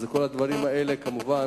כל הדברים האלה כמובן